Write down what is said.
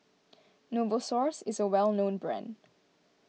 Novosource is a well known brand